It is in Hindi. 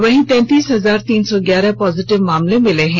वहीं तैंतीस हजार तीन सौ ग्यारह पॉजिटिव मामले मिले हैं